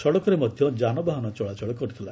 ସଡ଼କରେ ମଧ୍ୟ ଯାନବାହନ ଚଳାଚଳ କରିଥିଲା